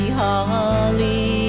holly